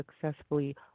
successfully